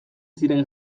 ziren